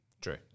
true